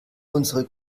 unsere